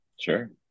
Sure